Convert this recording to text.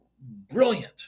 brilliant